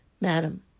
Madam